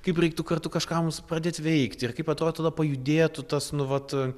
kaip reiktų kartu kažką mums pradėt veikti ir kaip atrodo tada pajudėtų tas nu vat